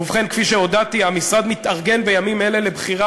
ובכן, כפי שהודעתי, המשרד מתארגן בימים אלה לבחינה